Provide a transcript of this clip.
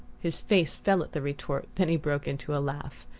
his face fell at the retort then he broke into a laugh.